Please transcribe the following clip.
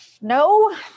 No